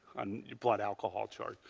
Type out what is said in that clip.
the blood-alcohol chart.